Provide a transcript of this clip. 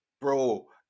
bro